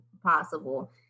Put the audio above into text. possible